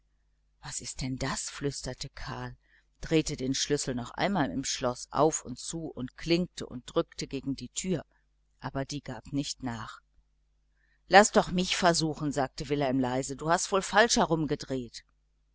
was ist denn das flüsterte karl drehte den schlüssel noch einmal im schloß auf und zu und klinkte und drückte gegen die türe aber die gab nicht nach laß doch mich probieren sagte wilhelm leise du hast wohl falsch